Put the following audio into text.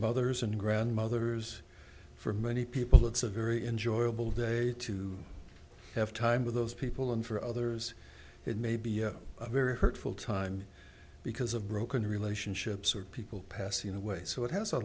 mothers and grandmothers for many people it's a very enjoyable day to have time with those people and for others it may be a very hurtful time because of broken relationships or people passing away so it has a